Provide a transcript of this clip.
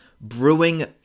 brewing